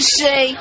say